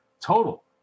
total